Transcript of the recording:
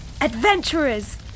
Adventurers